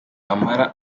amara